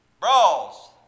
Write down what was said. Brawls